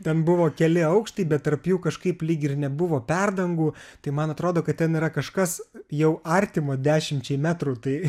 ten buvo keli aukštai bet tarp jų kažkaip lyg ir nebuvo perdangų tai man atrodo kad ten yra kažkas jau artimo dešimčiai metrų tai